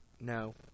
No